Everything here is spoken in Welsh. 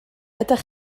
ydych